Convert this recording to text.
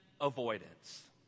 avoidance